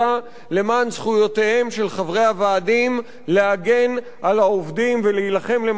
למען זכויותיהם של חברי הוועדים להגן על העובדים ולהילחם למען העובדים.